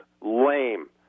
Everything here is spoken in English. lame